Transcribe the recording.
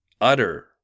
utter